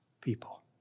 people